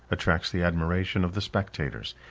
attracts the admiration of the spectators,